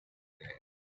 there